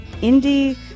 indie